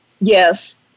Yes